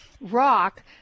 rock